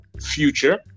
future